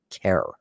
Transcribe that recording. care